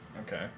Okay